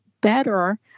better